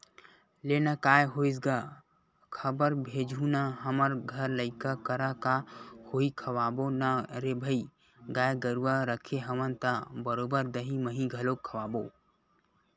लेना काय होइस गा खबर भेजहूँ ना हमर घर लइका करा का होही खवाबो ना रे भई गाय गरुवा रखे हवन त बरोबर दहीं मही घलोक खवाबो